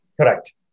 Correct